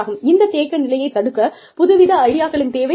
இந்த தேக்க நிலையை தடுக்க புதுவித ஐடியாக்களின் தேவை உள்ளது